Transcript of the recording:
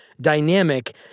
dynamic